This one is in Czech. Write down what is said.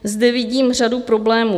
Zde vidím řadu problémů.